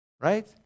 Right